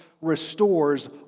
restores